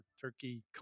turkey